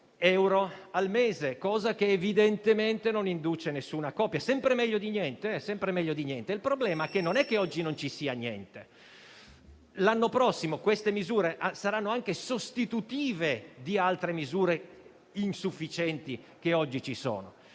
euro al mese. Ciò evidentemente non induce nessuna coppia ad avere figli. È sempre meglio di niente, ma il problema non è che oggi non ci sia niente: l'anno prossimo queste misure saranno anche sostitutive di altre, pure insufficienti, che oggi ci sono.